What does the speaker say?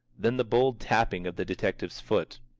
then the bold tapping of the detective's foot,